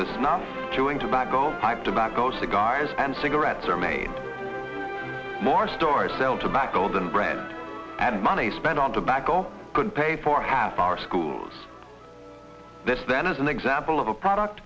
the snuff chewing tobacco pipe tobacco cigars and cigarettes are made more stores sell tobacco than bread and money spent on tobacco can pay for half our schools this then is an example of a product